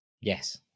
yes